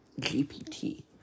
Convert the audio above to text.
GPT